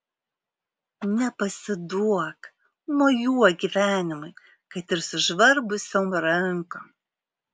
nepasiduok mojuok gyvenimui kad ir sužvarbusiom rankom